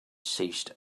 ceased